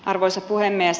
arvoisa puhemies